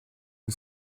une